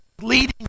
leading